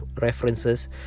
references